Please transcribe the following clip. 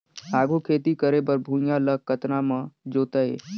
आघु खेती करे बर भुइयां ल कतना म जोतेयं?